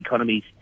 Economies